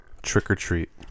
trick-or-treat